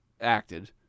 acted